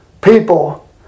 people